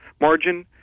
margin